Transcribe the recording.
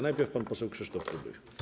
Najpierw pan poseł Krzysztof Tuduj.